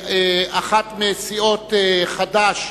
אחת מסיעות חד"ש,